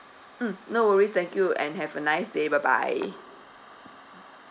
mm no worries thank you and have a nice day bye bye